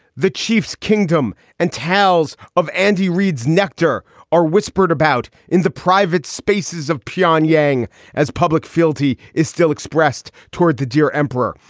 the chiefs kingdom and towns of andy reid's nectar are whispered about in the private spaces of pyongyang as public fealty is still expressed toward the dear emperor.